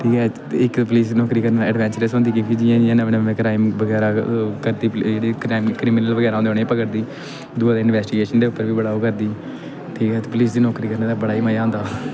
ठीक ऐ ते इक पुलीस दी नौकरी करना अडवैंचरस होंदी क्योंकि जि'यां जियां नमें नमें क्राइम बगैरा करदे जेह्ड़े क्राइम क्रिमिनल बगैरा होंदे उ'नें गी पकड़दी दूआ इंबैस्टिगेशन दे उप्पर बी बड़ा ओह् करदी ठीक ऐ ते पुलीस दी नौकरी करने दा बड़ा गै मजा होंदा